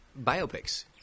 biopics